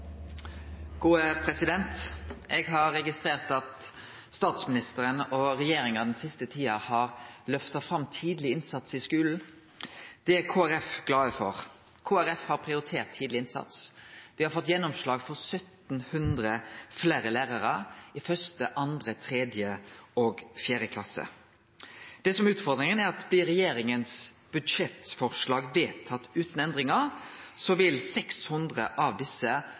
Eg har registrert at statsministeren og regjeringa den siste tida har løfta fram tidleg innsats i skulen. Det er Kristeleg Folkeparti glad for. Kristeleg Folkeparti har prioritert tidleg innsats. Me har fått gjennomslag for 1 700 fleire lærarar i 1., 2., 3. og 4. klasse. Det som er utfordringa, er at blir budsjettforslaget til regjeringa vedtatt utan endringar, vil 600 av desse